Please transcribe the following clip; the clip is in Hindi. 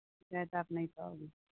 शिकायत आप नहीं पाओगी